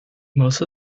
most